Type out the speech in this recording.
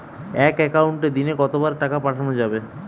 এক একাউন্টে দিনে কতবার টাকা পাঠানো যাবে?